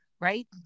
Right